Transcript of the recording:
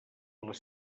les